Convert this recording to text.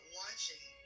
watching